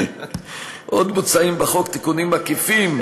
עוד מוצעים בחוק תיקונים עקיפים,